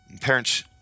Parents